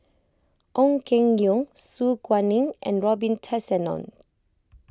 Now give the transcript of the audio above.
Ong Keng Yong Su Guaning and Robin Tessensohn